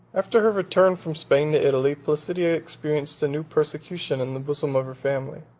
after her return from spain to italy, placidia experienced a new persecution in the bosom of her family.